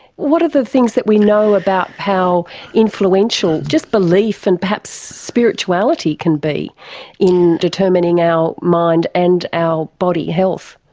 what are the things that we know about how influential just belief and perhaps spirituality can be in determining our mind and our body health?